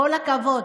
כל הכבוד.